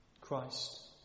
Christ